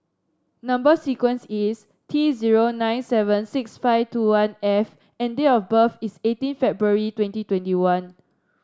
number sequence is T zero nine seven six five two one F and date of birth is eighteen February twenty twenty one